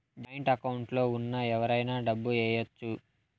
joint account లో ఉన్న ఎవరైనా డబ్బు ఏయచ్చు